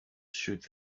suit